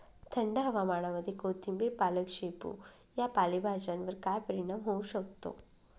थंड हवामानामध्ये कोथिंबिर, पालक, शेपू या पालेभाज्यांवर काय परिणाम होऊ शकतो?